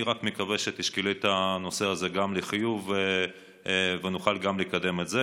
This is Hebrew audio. אני רק מקווה שתשקלי גם את הנושא הזה בחיוב ונוכל לקדם גם את זה.